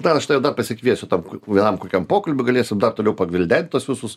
dar aš tave dar pasikviesiu tam vienam kokiam pokalbiui galėsim dar toliau pagvildent tuos visus